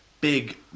big